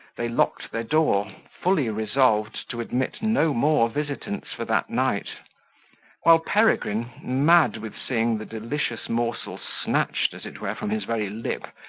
they locked their door, fully resolved to admit no more visitants for that night while peregrine, mad with seeing the delicious morsel snatched, as it were, from his very lip,